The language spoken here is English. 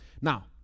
Now